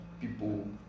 people